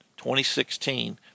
2016